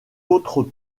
autres